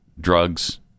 drugs